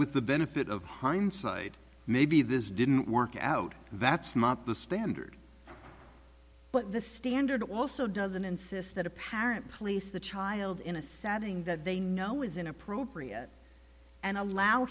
with the benefit of hindsight maybe this didn't work out that's not the standard but the standard also doesn't insist that a parent place the child in a setting that they know is inappropriate and allow